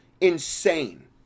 insane